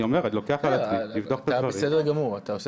אני לוקח על עצמי לבדוק את הדברים.